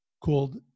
called